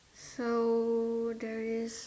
so there is